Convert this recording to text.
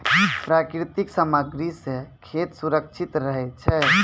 प्राकृतिक सामग्री सें खेत सुरक्षित रहै छै